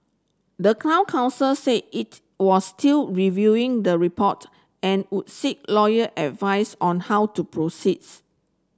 the town council say it was still reviewing the report and would seek lawyer advice on how to proceeds